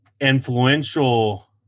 influential